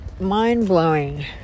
mind-blowing